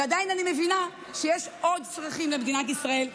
ועדיין אני מבינה שיש עוד צרכים למדינת ישראל,